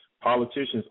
Politicians